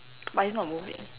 but it's not moving